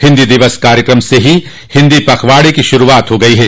हिन्दी दिवस कार्यक्रम से ही हिन्दी पखवाड़े की श्रूआत हो गई है